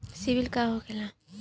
सीबील का होखेला?